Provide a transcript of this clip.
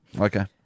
Okay